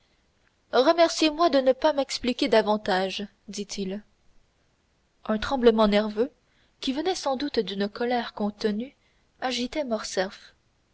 remerciez moi de ne pas m'expliquer davantage dit-il un tremblement nerveux qui venait sans doute d'une colère contenue agitait